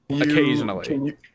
Occasionally